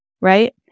right